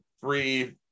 three